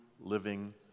living